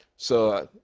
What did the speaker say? so,